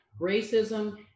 Racism